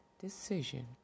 decision